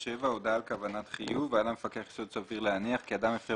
67.הודעה על כוונת חיוב היה למפקח יסוד סביר להניח כי אדם הפר